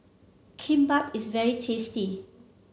Kimbap is very tasty